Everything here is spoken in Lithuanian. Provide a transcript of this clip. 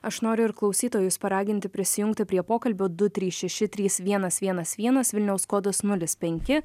aš noriu ir klausytojus paraginti prisijungti prie pokalbio du trys šeši trys vienas vienas vienas vilniaus kodas nulis penki